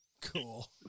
cool